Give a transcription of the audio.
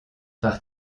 par